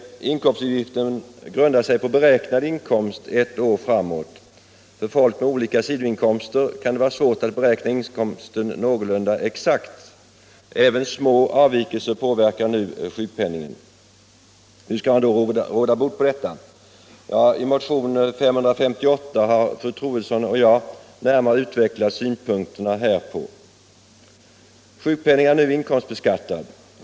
Inkomstuppgiften grundar sig på beräknad inkomst ett år framåt. För folk med olika sidoinkomster kan det vara svårt att beräkna inkomsten någorlunda exakt. Även små avvikelser påverkar nu sjukpenningen. Hur skall man råda bot på detta? I motionen 1975/76:558 har fru Troedsson och jag närmare utvecklat synpunkter härpå. Sjukpenningen är nu inkomstbeskattad.